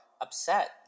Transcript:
upset